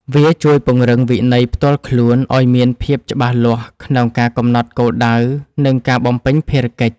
វាជួយពង្រឹងវិន័យផ្ទាល់ខ្លួនឱ្យមានភាពច្បាស់លាស់ក្នុងការកំណត់គោលដៅ និងការបំពេញភារកិច្ច។